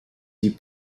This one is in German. die